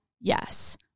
yes